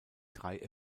drei